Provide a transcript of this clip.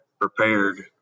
prepared